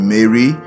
Mary